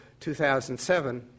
2007